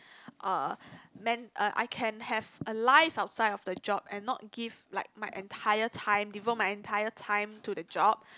uh man uh I can have a life outside of the job and not give like my entire time devote my entire time to the job